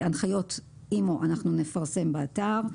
הנחיות אימ"ו, אנחנו נפרסם באתר.